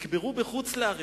נקברו בחוץ-לארץ,